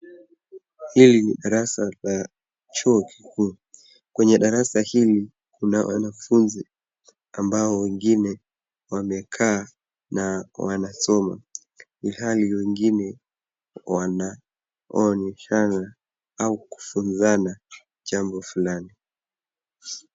Hili ni darasa la chuo kikuu. Kwenye darasa hili kuna wanafunzi ambao wengine wamekaa na wanasoma ilhali wengine wanaonyeshana au kufunzana jambo fulani.